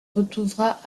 retrouvera